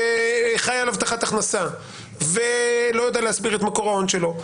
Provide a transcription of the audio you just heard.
שחי על הבטחת הכנסה ולא יודע להסביר את מקור ההון שלו,